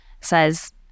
says